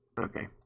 Okay